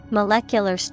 Molecular